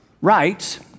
Rights